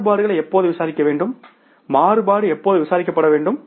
மாறுபாடுகளை எப்போது விசாரிக்க வேண்டும் மாறுபாடு எப்போது விசாரிக்கப்பட வேண்டும்